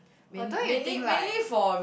but don't you think like